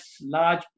large